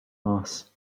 mars